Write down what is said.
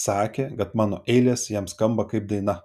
sakė kad mano eilės jam skamba kaip daina